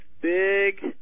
big